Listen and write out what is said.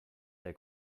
der